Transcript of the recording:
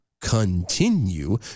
continue